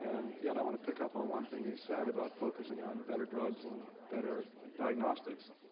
and yet i want to pick up on one thing you said about focusing on better drugs and better diagnostics.